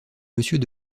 monsieur